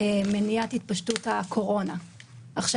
אסירים וכלואים בתקופת התפשטות נגיף הקורונה החדש (הוראת שעה)